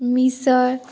मिसळ